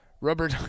rubber